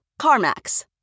CarMax